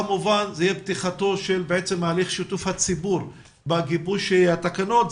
כמובן זה יהיה פתיחתו של הליך שיתוף הציבור בגיבוש התקנות,